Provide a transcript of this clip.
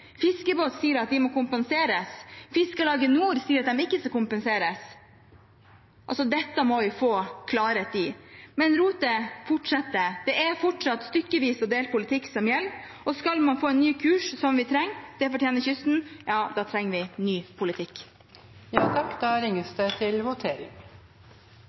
de ikke skal kompenseres. Dette må vi få klarhet i. Men rotet fortsetter – det er fortsatt stykkevis og delt politikk som gjelder. Skal man få en ny kurs – som vi trenger, det fortjener kysten – trenger vi en ny politikk. Det ringes til votering. Da er Stortinget klar til å gå til votering.